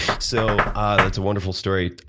so ah that's a wonderful story.